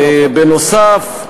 בנוסף,